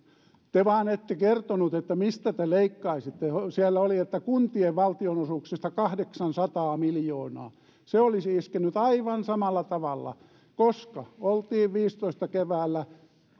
te vain ette kertoneet mistä te leikkaisitte siellä oli että kuntien valtionosuuksista kahdeksansataa miljoonaa se olisi iskenyt aivan samalla tavalla koska oltiin viidellätoista keväällä